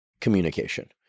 communication